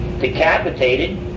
decapitated